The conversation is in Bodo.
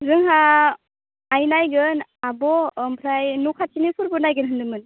जोंहा आइ नायगोन आब' ओमफ्राय न'खाथिनिफोरबो नायगोन होनदोंमोन